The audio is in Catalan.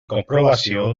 comprovació